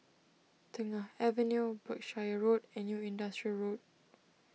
Tengah Avenue Berkshire Road and New Industrial Road